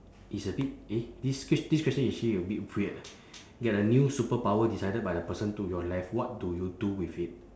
it's a bit eh this ques~ this question actually a bit weird ah get a new superpower decided by the person to your left what do you do with it